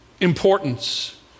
importance